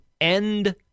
end